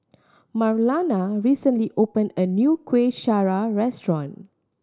Marlana recently opened a new Kueh Syara restaurant